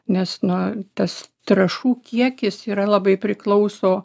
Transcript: nes nu tas trąšų kiekis yra labai priklauso